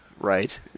right